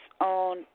on